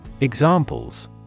Examples